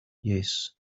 yes